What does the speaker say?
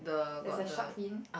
there's a shark fin